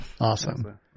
Awesome